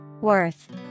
Worth